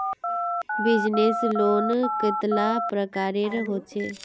Business loan कतेला प्रकारेर होचे?